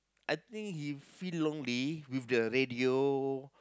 I think he feel lonely with the radio